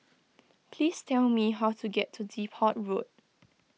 please tell me how to get to Depot Road